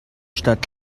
statt